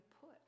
put